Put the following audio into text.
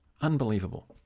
Unbelievable